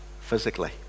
physically